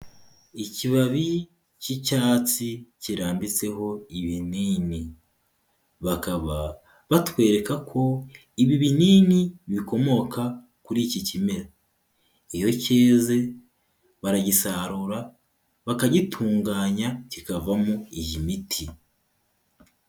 Ikibabi cy'icyatsi kirambitseho ibinini, bakaba batwereka ko ibi binini bikomoka kuri iki kimera, iyo cyeze baragisarura, bakagitunganya kikavamo iy'imiti.